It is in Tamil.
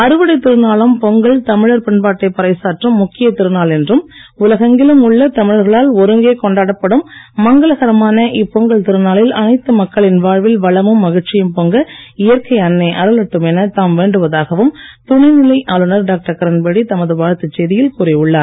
அறுவடை திருநாளாம் பொங்கல் தமிழர் பண்பாட்டை பறை சாற்றும் முக்கியத் திருநாள் என்றும் உலகெங்கிலும் உள்ள தமிழர்களால் ஒருங்கே கொண்டாடப்படும் மங்களகரமான இப்பொங்கல் திருநாளில் அனைத்து மக்களின் வாழ்வில் வளமும் மகிழ்ச்சியும் பொங்க இயற்கை அன்னை அருளட்டும் என தாம் வேண்டுவதாகவும் துணை நிலை ஆளுநர் டாக்டர் கிரண்பேடி தமது வாழ்த்துச் செய்தியில் கூறி உள்ளார்